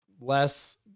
less